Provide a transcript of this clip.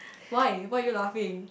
why why are you laughing